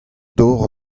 dor